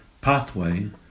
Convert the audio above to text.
pathway